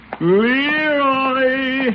Leroy